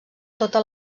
tota